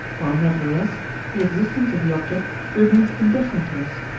while nevertheless the existence of the object remains indifferent to us,